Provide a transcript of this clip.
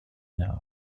nord